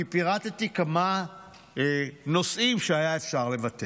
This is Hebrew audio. כי פירטתי כמה נושאים שהיה אפשר לוותר